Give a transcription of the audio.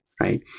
right